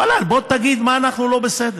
ואללה, בוא תגיד במה אנחנו לא בסדר.